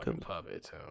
puppet